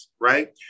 right